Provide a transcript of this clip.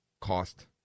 cost